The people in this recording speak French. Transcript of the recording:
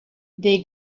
des